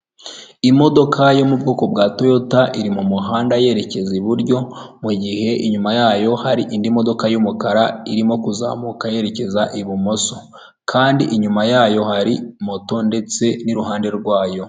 Imodoka yo mu bwoko bwa toyota iri mu muhanda yerekeza iburyo, mu mugihe inyuma yayo hari indi modoka y'umukara irimo kuzamuka yerekeza ibumoso kandi inyuma yayo hari moto ndetse n'iruhande rwayo.